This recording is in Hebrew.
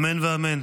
אמן ואמן.